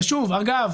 אגב,